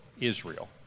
Israel